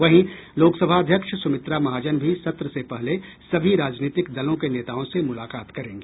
वहीं लोकसभा अध्यक्ष सुमित्रा महाजन भी सत्र से पहले सभी राजनीतिक दलों के नेताओं से मुलाकात करेंगी